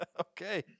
Okay